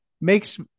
makes